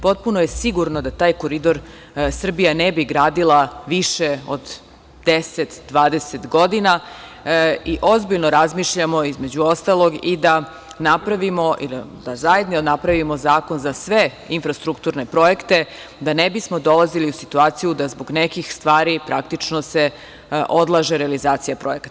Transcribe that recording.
Potpuno je sigurno da taj Koridor Srbija ne bi gradila više od 10, 20 godina i ozbiljno razmišljamo između ostalog i da napravimo zajedno zakon za sve infrastrukturne projekte, da ne bismo dolazili u situaciju da zbog nekih stvari se odlaže realizacija projekta.